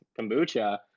kombucha